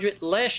last